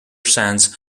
sands